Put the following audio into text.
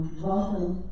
welcome